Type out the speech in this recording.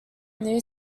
new